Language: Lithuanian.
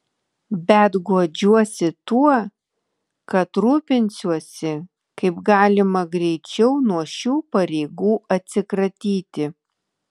bet guodžiuosi tuo kad rūpinsiuosi kaip galima greičiau nuo šių pareigų atsikratyti